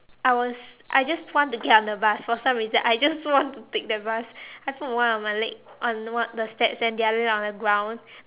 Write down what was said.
I was I just want to get on the bus for some reason I just want to take that bus I put one of my leg on one of the steps and the other leg on the ground